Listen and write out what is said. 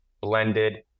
blended